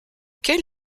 quel